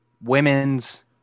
women's